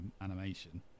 animation